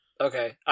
Okay